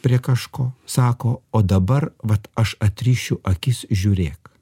prie kažko sako o dabar vat aš atrišiu akis žiūrėk